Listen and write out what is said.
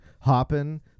hopping